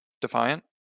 defiant